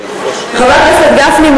חבר הכנסת גפני,